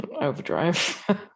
overdrive